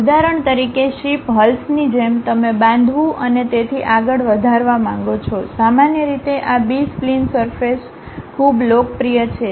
ઉદાહરણ તરીકે શિપ હલ્સની જેમ તમે બાંધવું અને તેથી આગળ વધારવા માંગો છો સામાન્ય રીતે આ બી સ્પ્લિન સરફેસ ખૂબ લોકપ્રિય છે